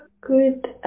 Good